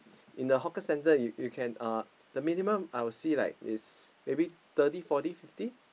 in the hawker centre you you can uh the minimum I would see like is maybe thirty fourty fifty